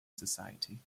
society